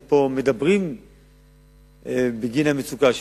פה מדברים בגין המצוקה שלהם,